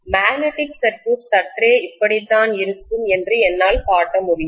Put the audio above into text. magnetic circuit சற்றே இப்படித்தான் இருக்கும் என என்னால் காட்ட முடியும்